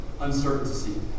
uncertainty